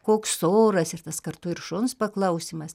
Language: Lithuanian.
koks oras ir tas kartu ir šuns paklausymas